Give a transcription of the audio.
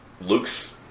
Luke's